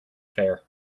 fair